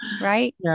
right